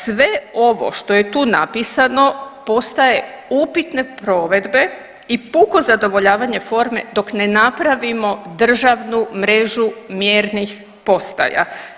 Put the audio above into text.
Sve ovo što je tu napisano postaje upitne provedbe i puko zadovoljavanje forme dok ne napravimo državnu mrežu mjernih postaja.